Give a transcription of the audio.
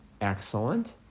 Excellent